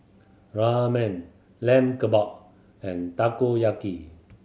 Ramen Lamb Kebab and Takoyaki